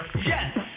Yes